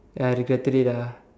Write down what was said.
and I regretted it ah